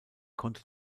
konnte